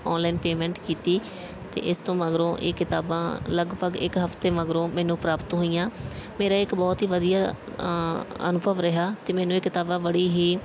online payment ਕੀਤੀ ਅਤੇ ਇਸ ਤੋਂ ਮਗਰੋਂ ਇਹ ਕਿਤਾਬਾਂ ਲਗਭਗ ਇੱਕ ਹਫ਼ਤੇ ਮਗਰੋਂ ਮੈਨੂੰ ਪ੍ਰਾਪਤ ਹੋਈਆਂ ਮੇਰਾ ਇੱਕ ਬਹੁਤ ਹੀ ਵਧੀਆ ਅਨੁਭਵ ਰਿਹਾ ਅਤੇ ਮੈਨੂੰ ਇਹ ਕਿਤਾਬਾਂ ਬੜੀ ਹੀ